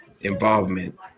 involvement